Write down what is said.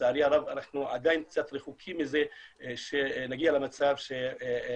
לצערי הרב אנחנו עדיין קצת רחוקים מזה שנגיע למצב שנגיד